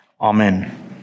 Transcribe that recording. Amen